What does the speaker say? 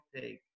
take